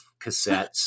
cassettes